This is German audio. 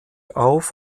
auf